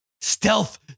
stealth